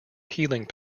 healing